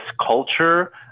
culture